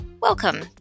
Welcome